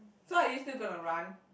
so are you still gonna run